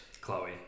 Chloe